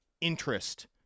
interest